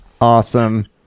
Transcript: Awesome